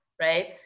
right